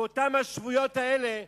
ואותן השבויות האלה,